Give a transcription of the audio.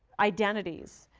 identities,